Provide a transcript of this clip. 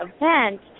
event